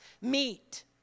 meet